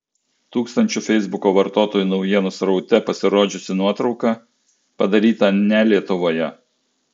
tūkstančių feisbuko vartotojų naujienų sraute pasirodžiusi nuotrauka padaryta ne lietuvoje